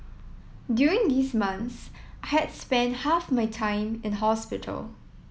during these months I had spent half my time in hospital